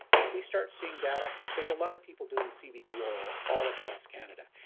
if we start seeing data there's a lot of people doing cbd oil all across canada.